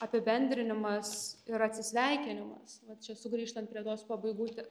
apibendrinimas ir atsisveikinimas va čia sugrįžtant prie tos pabagų te